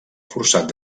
forçat